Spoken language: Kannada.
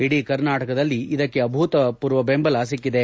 ಇಡೀ ಕರ್ನಾಟಕದಲ್ಲಿ ಅಭೂತಪೂರ್ವ ಬೆಂಬಲ ಸಿಕ್ಕಿದೆ